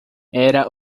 era